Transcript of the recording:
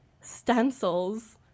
stencils